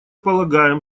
полагаем